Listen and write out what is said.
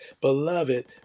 beloved